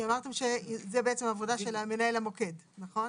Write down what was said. אמרתם שזו בעצם העבודה של מנהל המוקד, נכון?